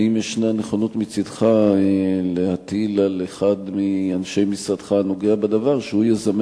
אם יש נכונות מצדך להטיל על אחד מאנשי משרדך הנוגע בדבר לזמן